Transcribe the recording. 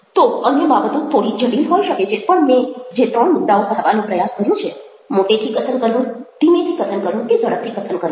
તો અન્ય બાબતો થોડી જટિલ હોઈ શકે છે પણ મેં જે ૩ મુદ્દાઓ કહેવાનો પ્રયાસ કર્યો છે મોટેથી કથન કરવું ધીમેથી કથન કરવું કે ઝડપથી કથન કરવું